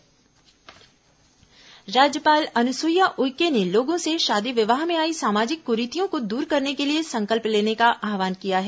राज्यपाल सम्मेलन राज्यपाल अनुसुईया उइके ने लोगों से शादी विवाह में आई सामाजिक कुरीतियों को दूर करने के लिए संकल्प लेने का आहवान किया है